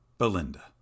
belinda